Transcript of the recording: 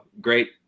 great